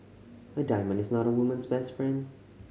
a diamond is not a woman's best friend